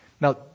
Now